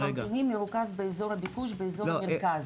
רוב הממתינים מרוכז באזור הביקוש באזור המרכז.